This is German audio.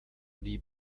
die